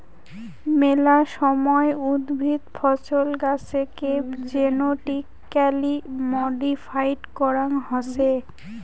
মেলা সময় উদ্ভিদ, ফছল, গাছেকে জেনেটিক্যালি মডিফাইড করাং হসে